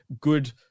good